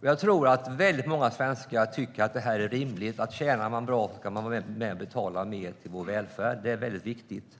över. Många svenskar tycker att det är rimligt att när man tjänar bra kan man betala mer till vår välfärd. Det är viktigt.